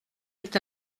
est